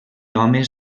homes